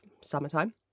summertime